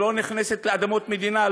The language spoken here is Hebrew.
שלא נכנסת לאדמות מדינה,